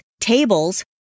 tables